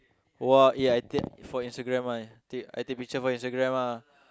!wah! eh I take for Instagram [one] take I take picture for Instagram ah